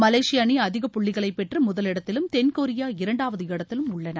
மலேசிய அணி அதிக புள்ளிகளை பெற்று முதலிடத்திலும் தென்கொரியா இரண்டாவது இடத்திலும் உள்ளன